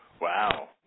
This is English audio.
Wow